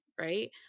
right